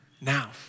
now